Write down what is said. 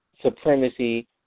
supremacy